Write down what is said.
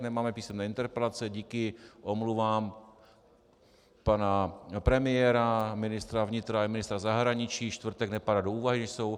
Nemáme písemné interpelace díky omluvám pana premiéra, ministra vnitra i ministra zahraničí, čtvrtek nepadá do úvahy, nejsou.